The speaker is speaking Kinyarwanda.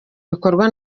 bikorwa